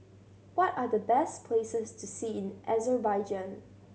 what are the best places to see in Azerbaijan